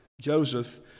Joseph